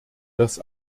dass